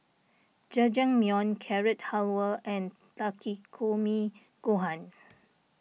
Jajangmyeon Carrot Halwa and Takikomi Gohan